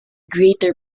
greater